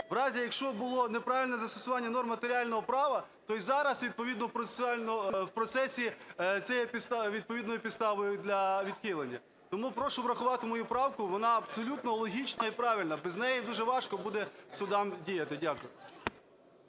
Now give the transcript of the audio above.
в разі, якщо було неправильне застосування норм матеріального права, то і зараз відповідно в процесі це є відповідної підставою для відхилення. Тому прошу врахувати мою правку, вона абсолютно логічна і правильна. Без неї дуже важко буде судам діяти. Дякую.